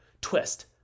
twist